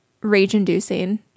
rage-inducing